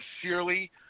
sincerely